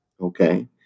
Okay